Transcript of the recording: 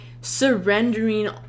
surrendering